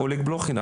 אולג בלוחין,